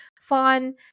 fun